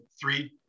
Three